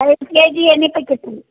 ಐದು K G ಎಣ್ಣೆ packet